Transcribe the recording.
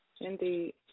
Indeed